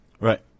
Right